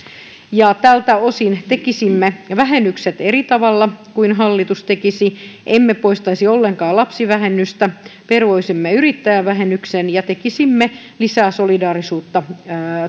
tältä osin tekisimme vähennykset eri tavalla kuin hallitus tekisi emme poistaisi ollenkaan lapsivähennystä peruisimme yrittäjävähennyksen ja tekisimme lisää solidaarisuutta